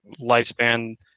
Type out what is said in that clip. lifespan